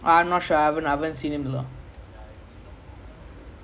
she's like some ya it's like some lah